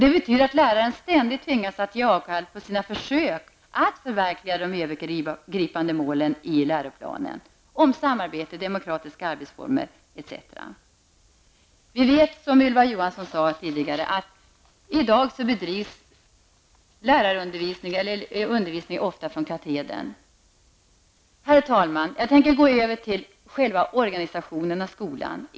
Det betyder att läraren tvingas att ständigt ge avkall på sina försök att förverkliga de övergripande målen om samarbete, demokratiska arbetsformer etc. i läroplanen. Vi vet, som Ylva Johansson sade här tidigare, att undervisning i dag ofta bedrivs från katedern. Herr talman! Jag tänker gå över till att kommentera själva organisationen av skolan.